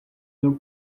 your